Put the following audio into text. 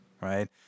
right